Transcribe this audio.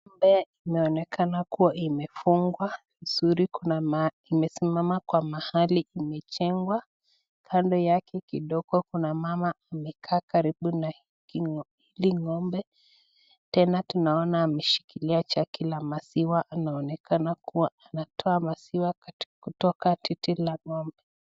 Ng'ombe inaonekana kuwa imefungwa vizuri, inasimama kwa mahali imejengwa. Kando yake kidogo kuna mama amekaa karibu na hili ng'ombe, tena tunaona ameshikilia jagi la maziwa inaonekana kuwa anatoa maziwa kutoka titi la ng'ombe.